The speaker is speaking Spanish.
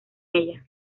ella